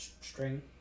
string